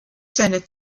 seine